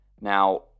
Now